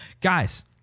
Guys